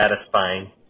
satisfying